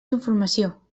informació